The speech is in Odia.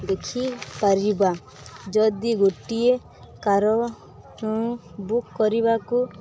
ଦେଖିପାରିବା ଯଦି ଗୋଟିଏ କାର୍କୁ ବୁକ୍ କରିବାକୁ